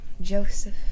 Joseph